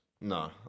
No